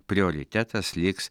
prioritetas liks